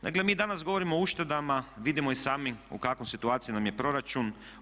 Dakle, mi danas govorimo o uštedama, vidimo i sami u kakvoj situaciji nam je proračun.